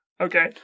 Okay